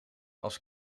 als